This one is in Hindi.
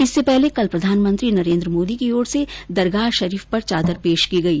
इससे पहले कल प्रधानमंत्री नरेन्द्र मोदी की ओर से दरगाह शरीफ पर चादर पेश की गई